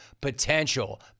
potential